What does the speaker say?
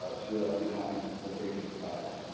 ah to be left behind, that they can be proud of.